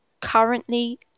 currently